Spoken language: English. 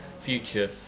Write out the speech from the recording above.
future